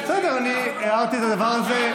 אני הערתי את הדבר הזה,